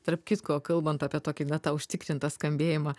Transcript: tarp kitko kalbant apie tokį na tą užtikrintą skambėjimą